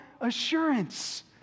assurance